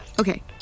Okay